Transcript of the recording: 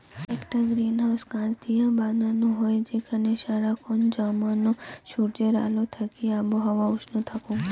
আকটা গ্রিনহাউস কাচ দিয়া বানানো হই যেখানে সারা খন জমানো সূর্যের আলো থাকি আবহাওয়া উষ্ণ থাকঙ